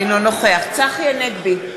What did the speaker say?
אינו נוכח צחי הנגבי,